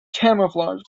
camouflage